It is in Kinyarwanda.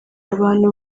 abantu